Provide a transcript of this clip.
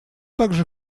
также